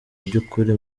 byukuri